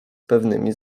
pewnymi